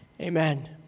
amen